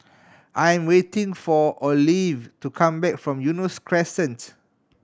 I am waiting for Olive to come back from Eunos Crescent